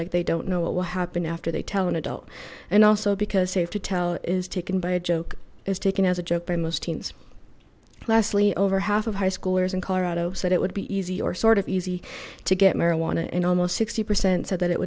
like they don't know what will happen after they tell an adult and also because they have to tell is taken by a joke is taken as a joke by most teens leslie over half of high schoolers in colorado said it would be easy or sort of easy to get marijuana and almost sixty percent said that it